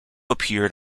appeared